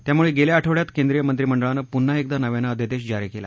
त्यामुळे गेल्या आठवड्यात केंद्रीय मंत्रिमंडळानं पुन्हां एकदा नव्यानं अध्यादेश जारी केला